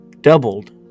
doubled